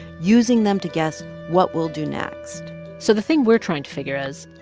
using them to guess what we'll do next so the thing we're trying to figure is,